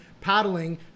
paddling